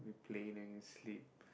in plane you can sleep